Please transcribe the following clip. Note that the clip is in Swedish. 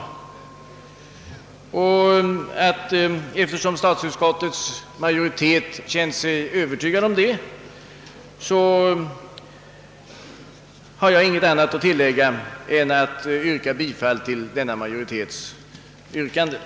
Eftersom statsutskottets majoritet känt sig övertygad om detta har jag inte annat att tillägga än att yrka bifall till denna majoritets hemställan.